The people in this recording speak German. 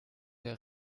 der